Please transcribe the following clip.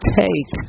take